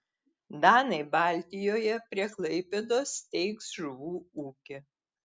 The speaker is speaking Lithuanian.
danai baltijoje prie klaipėdos steigs žuvų ūkį